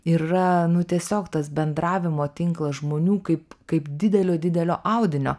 ir yra nu tiesiog tas bendravimo tinkla žmonių kaip kaip didelio didelio audinio